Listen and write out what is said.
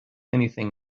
anything